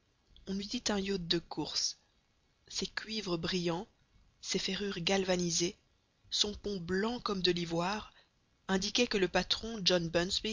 on eût dit un yacht de course ses cuivres brillants ses ferrures galvanisées son pont blanc comme de l'ivoire indiquaient que le patron john